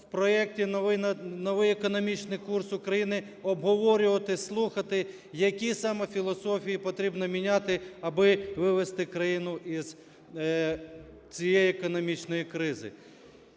в проекті "Новий економічний курс України" обговорювати, слухати, які саме філософії потрібно міняти, аби вивести країну з цієї економічної кризи.